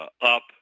up